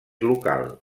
local